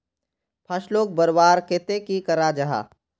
फसलोक बढ़वार केते की करा जाहा?